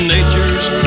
Nature's